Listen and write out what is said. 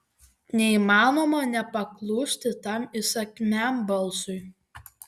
neįmanoma nepaklusti tam įsakmiam balsui